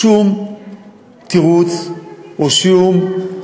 שום תירוץ לא מקובל עלי.